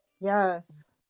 Yes